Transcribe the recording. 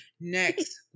next